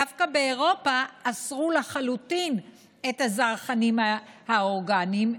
דווקא באירופה אסרו לחלוטין את הזרחנים האורגניים,